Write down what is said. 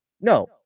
No